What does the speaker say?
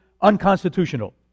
unconstitutional